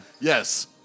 Yes